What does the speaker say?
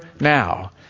now